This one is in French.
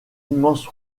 immense